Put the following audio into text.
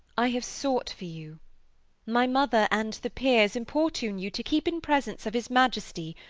i have sought for you my mother and the peers importune you to keep in presence of his majesty,